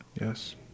Yes